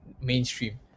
mainstream